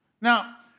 Now